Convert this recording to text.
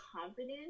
confident